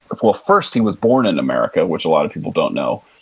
well, first he was born in america, which a lot of people don't know.